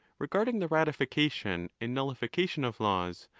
regarding the ratification and nullification of laws,